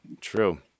True